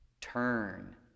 turn